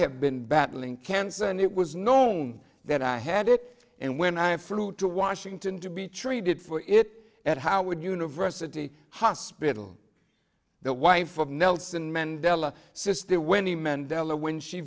have been battling cancer and it was known that i had it and when i flew to washington to be treated for it at howard university hospital the wife of nelson mandela sister winnie mandela when she